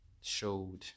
Showed